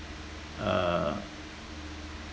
err